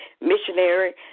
missionary